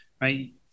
right